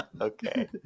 Okay